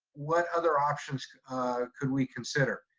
what other options could we consider?